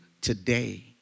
today